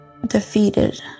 defeated